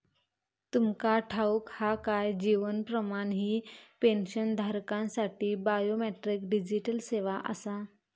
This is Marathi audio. तुमका ठाऊक हा काय? जीवन प्रमाण ही पेन्शनधारकांसाठी बायोमेट्रिक डिजिटल सेवा आसा